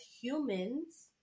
humans